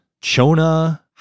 Chona